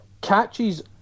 catches